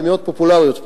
ומאוד פופולריות פה.